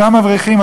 אותם אברכים,